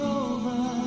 over